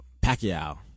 Pacquiao